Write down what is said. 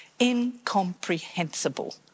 incomprehensible